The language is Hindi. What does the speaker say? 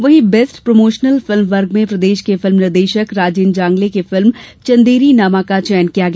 वहीं बेस्ट प्रमोशनल फिल्म वर्ग में प्रदेश के फिल्म निर्देशक राजेन्द्र जांगले की फिल्म चंदेरीनामा का चयन किया गया